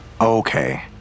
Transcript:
Okay